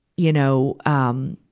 you know, um,